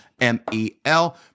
M-E-L